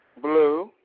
Blue